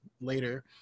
later